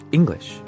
English